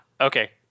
Okay